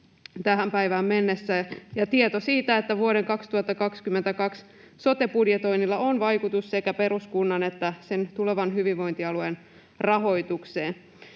tähän päivään mennessä, ja on tieto siitä, että vuoden 2022 sote-budjetoinnilla on vaikutus sekä peruskunnan että sen tulevan hyvinvointialueen rahoitukseen.